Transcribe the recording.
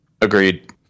Agreed